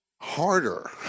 harder